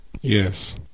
yes